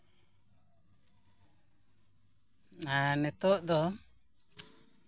ᱮᱸ ᱱᱤᱛᱳᱜ ᱫᱚ